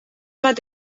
bat